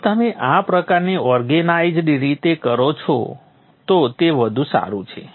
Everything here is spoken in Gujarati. જો તમે આ પ્રકારની ઓર્ગનાઇઝ્ડ રીતે કરો તો તે વધુ સારું છે